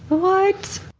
what!